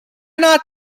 not